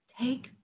take